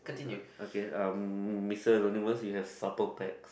uh okay um mister has supper packs